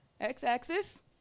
x-axis